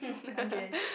okay